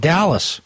Dallas